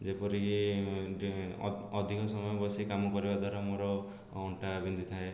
ଯେପରିକି ଅ ଅଧିକ ସମୟ ବସି କାମ କରିବା ଦ୍ୱାରା ମୋର ଅଣ୍ଟା ବିନ୍ଧିଥାଏ